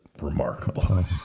remarkable